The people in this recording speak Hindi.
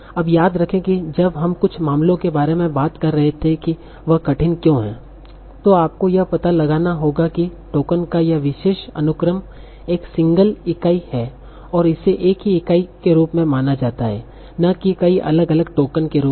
अब याद रखें कि जब हम कुछ मामलों के बारे में बात कर रहे थे की वह कठिन क्यों है तो आपको यह पता लगाना होगा कि टोकन का यह विशेष अनुक्रम एक सिंगल इकाई है और इसे एक ही इकाई के रूप में माना जाता है न कि कई अलग अलग टोकन के रूप में